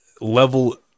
level